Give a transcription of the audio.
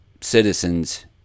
citizens